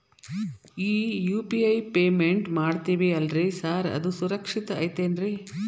ಈ UPI payment ಮಾಡ್ತೇವಿ ಅಲ್ರಿ ಸಾರ್ ಅದು ಸುರಕ್ಷಿತ್ ಐತ್ ಏನ್ರಿ?